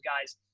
guys